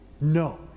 No